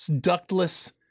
ductless